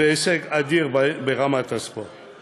והישג אדיר ברמת הספורט.